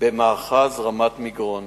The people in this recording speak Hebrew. במאחז רמת-מגרון.